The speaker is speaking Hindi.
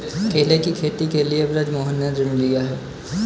केले की खेती के लिए बृजमोहन ने ऋण लिया है